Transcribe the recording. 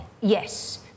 Yes